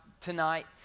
tonight